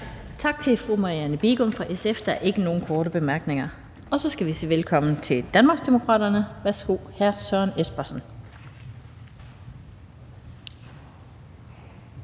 Tak til fru Marianne Bigum fra SF. Der er ikke nogen korte bemærkninger. Og så skal vi sige velkommen til Danmarksdemokraterne. Værsgo, hr. Søren Espersen,